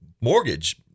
mortgage